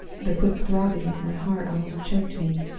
the quick throbbing of my heart almost choked me.